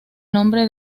nombre